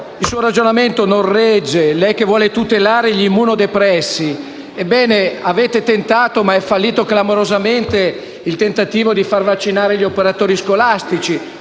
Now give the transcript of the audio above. il suo ragionamento non regge. Lei vuole tutelare gli immunodepressi; avete tentato, ma è fallito clamorosamente il tentativo di far vaccinare gli operatori scolastici